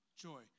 Joy